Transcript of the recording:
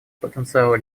потенциала